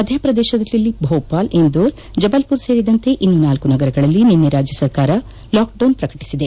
ಮಧ್ಯಪ್ರದೇಶದಲ್ಲಿ ಭೋಪಾಲ್ ಇಂದೋರ್ ಜಬಲ್ಬುರ್ ಸೇರಿದಂತೆ ಇನ್ನೂ ಳ ನಗರಗಳಲ್ಲಿ ನಿನ್ನೆ ರಾಜ್ಯ ಸರ್ಕಾರ ಲಾಕ್ಡೌನ್ ಪ್ರಕಟಿಸಿದೆ